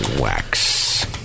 wax